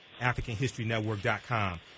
AfricanHistoryNetwork.com